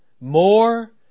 more